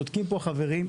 צודקים פה החברים,